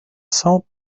salt